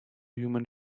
human